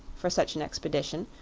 for such an expedition,